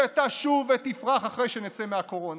שתשוב ותפרח אחרי שנצא מהקורונה,